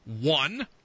One